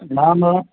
नाम